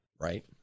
right